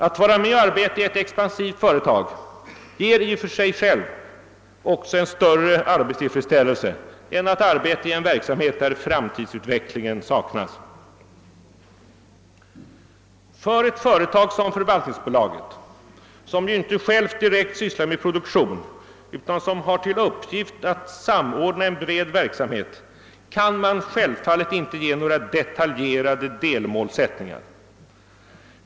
Att vara med och arbeta i ett expansivt företag ger i och för sig också en större arbetstillfredsställelse än att arbeta i en verksamhet där framtidsutvecklingen saknas. För ett företag som förvaltningsbolaget, som ju inte självt direkt sysslar med produktion utan som har till uppgift att samordna en bred verksamhet, kan man självfallet inte ge några detaljerade delmålsättningar.